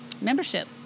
membership